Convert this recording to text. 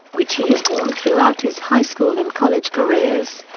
which he has worn throughout his high school and college careers.